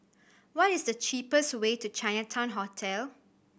what is the cheapest way to Chinatown Hotel